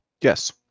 Yes